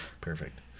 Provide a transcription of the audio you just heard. Perfect